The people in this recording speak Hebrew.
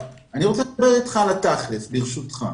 אני רוצה לדבר אתך על התכל'ס, ברשותך.